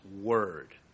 word